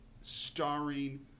starring